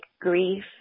grief